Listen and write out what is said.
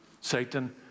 Satan